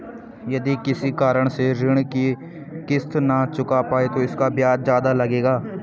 यदि किसी कारण से ऋण की किश्त न चुका पाये तो इसका ब्याज ज़्यादा लगेगा?